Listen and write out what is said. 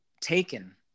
taken